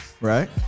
Right